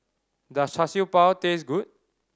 does Char Siew Bao taste good